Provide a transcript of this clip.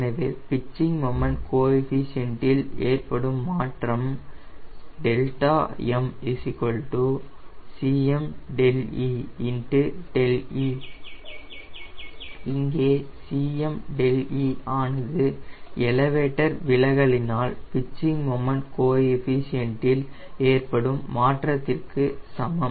எனவே pitching moment கோஏஃபிஷியன்டில் ஏற்படும் மாற்றம் Δ𝐶m Cme 𝛿e இங்கே Cme ஆனது எலவேட்டர் விலகலினால் பிட்சிங் மொமண்ட் கோஏஃபிஷியன்டில் ஏற்படும் மாற்றத்திற்கு சமம்